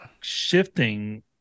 shifting